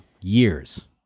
years